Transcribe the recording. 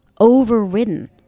overridden